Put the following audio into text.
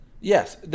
Yes